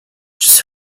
just